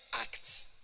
act